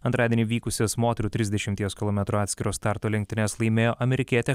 antradienį vykusias moterų trisdešimties kilometrų atskiro starto lenktynes laimėjo amerikietė